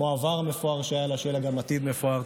כמו העבר המפואר שהיה לה, שיהיה לה גם עתיד מפואר.